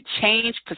change